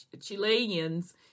Chileans